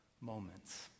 moments